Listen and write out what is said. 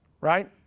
right